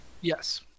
Yes